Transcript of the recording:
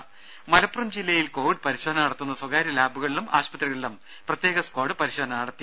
ദേദ മലപ്പുറം ജില്ലയിൽ കോവിഡ് പരിശോധന നടത്തുന്ന സ്വകാര്യ ലാബുകളിലും ആശുപത്രികളിലും പ്രത്യേക സ്ക്വാഡ് പരിശോധന നടത്തി